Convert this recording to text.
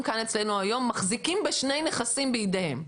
אצלנו היום מחזיקים בשני נכסים בידיהם?